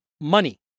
money